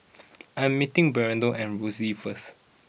I'm meeting Bernardo at Rosyth first